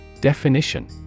Definition